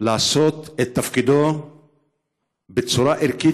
לעשות את תפקידו בצורה ערכית,